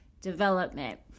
development